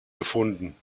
gefunden